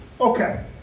Okay